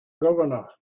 governor